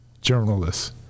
Journalists